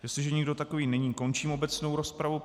Jestliže nikdo takový není, končím obecnou rozpravu.